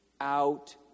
out